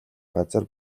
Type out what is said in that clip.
газар